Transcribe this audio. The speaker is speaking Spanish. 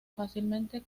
fácilmente